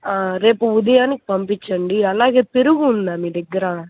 రేపు ఉదయానికి పంపించండి అలాగే పెరుగు ఉందా మీ దగ్గర